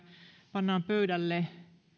pannaan pöydälle